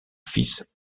fils